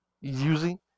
using